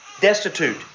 destitute